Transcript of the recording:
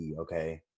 Okay